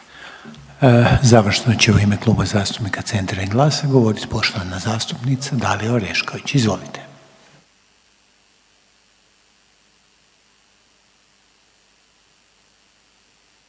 Završno će u ime Kluba zastupnika Centra i GLAS-a govorit poštovana zastupnica Dalija Orešković. Izvolite.